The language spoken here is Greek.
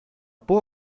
πού